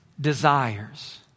desires